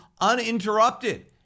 uninterrupted